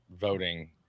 voting